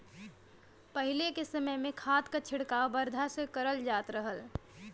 पहिले के समय में खाद के छिड़काव बरधा से करल जात रहल